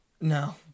No